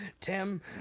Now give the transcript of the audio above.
Tim